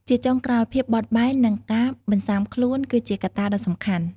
ជាចុងក្រោយ ភាពបត់បែន និងការបន្ស៊ាំខ្លួន គឺជាកត្តាដ៏សំខាន់។